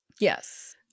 Yes